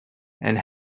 and